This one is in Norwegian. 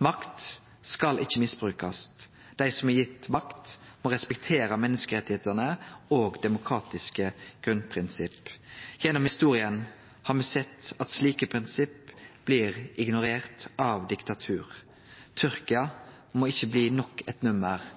Makt skal ikkje misbrukast. Dei som er gitt makt, må respektere menneskerettane og òg demokratiske grunnprinsipp. Gjennom historia har me sett at slike prinsipp blir ignorerte av diktatur. Tyrkia må ikkje bli nok eit nummer